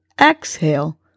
exhale